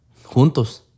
Juntos